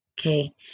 okay